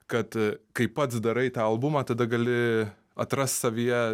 kad kai pats darai tą albumą tada gali atrast savyje